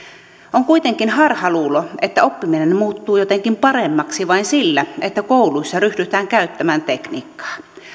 on kuitenkin harhaluulo että oppiminen muuttuu jotenkin paremmaksi vain sillä että kouluissa ryhdytään käyttämään tekniikkaa